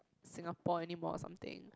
Singapore anymore or something